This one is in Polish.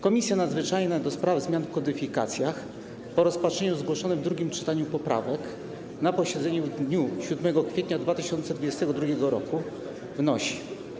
Komisja Nadzwyczajna do spraw zmian w kodyfikacjach po rozpatrzeniu zgłoszonych w drugim czytaniu poprawek na posiedzeniu w dniu 7 kwietnia 2022 r. wnosi: